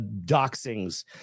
doxings